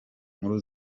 nkuru